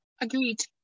Agreed